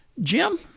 Jim